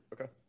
Okay